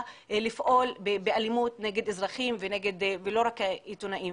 לפעול באלימות נגד אזרחים ולא רק עיתונאים,